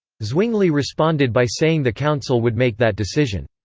zwingli responded by saying the council would make that decision.